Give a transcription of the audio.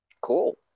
Cool